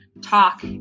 talk